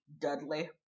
Dudley